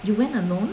you went alone